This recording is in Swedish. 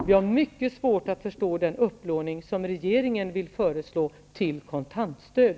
Vi har mycket svårt att förstå den upplåning som regeringen föreslår till kontantstöd,